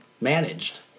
managed